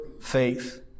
faith